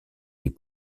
les